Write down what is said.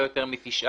לא יותר מתשעה.